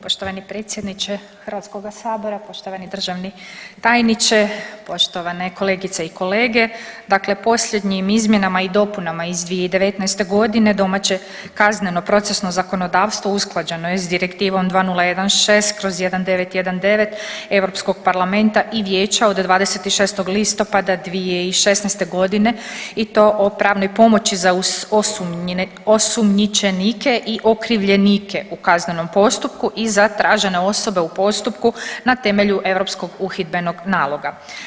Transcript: Poštovani predsjedniče Hrvatskoga sabora, poštovani državni tajniče, poštovane kolegice i kolege, dakle posljednjim izmjenama i dopunama iz 2019. godine domaće kazneno procesno zakonodavstvo usklađeno je s Direktivom 2106/1919 Europskog parlamenta i vijeća od 26. listopada 2016. godine i to o pravnoj pomoći za osumnjičenike i okrivljenike u kaznenom postupku i za tražene osobe u postupku na temelju europskog uhidbenog naloga.